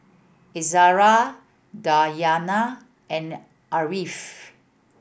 Izara Dayana and Ariff